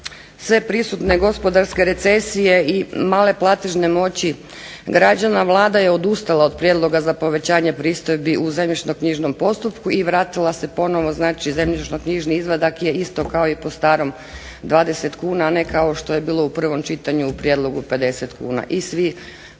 sve prisutne gospodarske recesije i male platežne moći građana, Vlada je odustala od prijedloga za povećanje pristojbi u zemljišno-knjižnom postupku i vratila se ponovno znači zemljišno-knjižni izvadak je isto kao po starom 20 kn, a ne kao što je bilo u prvom prijedlogu 50 kn